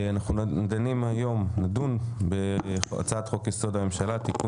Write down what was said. אנחנו נדון היום בהצעת חוק-יסוד: הממשלה (תיקון